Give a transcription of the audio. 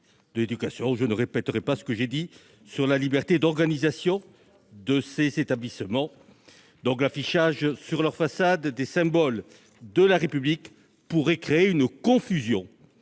Je me suis déjà exprimé sur la liberté d'organisation de ces établissements. L'affichage sur leur façade des symboles de la République pourrait créer une confusion